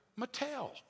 Mattel